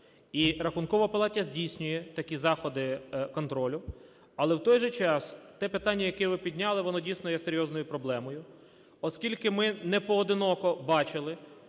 І Рахункова палата здійснює такі заходи контролю. Але, в той же час, те питання, яке ви підняли, воно дійсно є серйозною проблемою, оскільки ми непоодиноко бачили